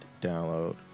download